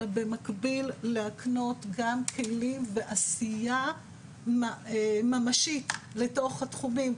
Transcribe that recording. אלא במקביל להקנות גם כלים בעשייה ממשית לתוך התחומים.